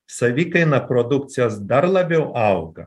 savikaina produkcijos dar labiau auga